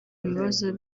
bibazo